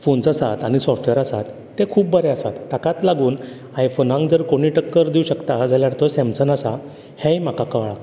phones आसात आनी software आसात ते खूब बरे आसात ताकात लागून आयफोनाक जर कोणूय टक्कर दिवं शकता जाल्यार तो सॅमसंग आसा हेंय म्हाका कळ्ळां